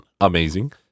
amazing